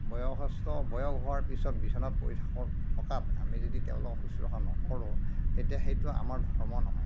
বয়সস্থ বয়স হোৱাৰ পিছত বিছনাত পৰি থকা থকাত আমি যদি তেওঁলোকক শুশ্ৰষা নকৰোঁ তেতিয়া সেইটো আমাৰ ধৰ্ম নহয়